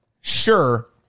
sure